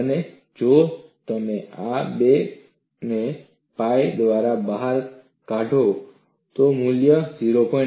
અને જો તમે આ 2 ને pi દ્વારા બહાર કાો છો તો મૂલ્ય 0